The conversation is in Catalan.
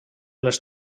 les